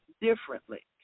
Differently